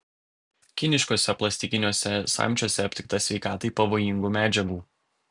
kiniškuose plastikiniuose samčiuose aptikta sveikatai pavojingų medžiagų